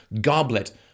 goblet